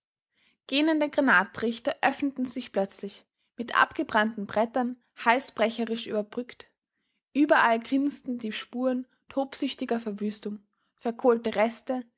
gähnende granattrichter öffneten sich plötzlich mit angebrannten brettern halsbrecherisch überbrückt überall grinsten die spuren tobsüchtiger verwüstung verkohlte reste